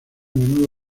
menudo